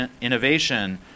innovation